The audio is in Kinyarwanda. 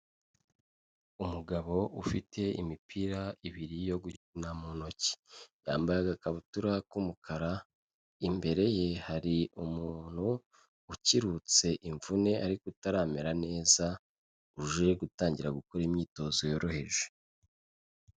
Umugabo ufite imipira ibiri yo gukina mu ntoki yambaye agakabutura k'umukara imbere ye hari umuntu ukirutse imvune ariko utaramera neza uje gutangira gukora imyitozo yoroheje.